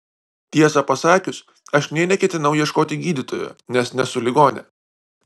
tiesą pasakius aš nė neketinau ieškoti gydytojo nes nesu ligonė